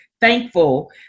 thankful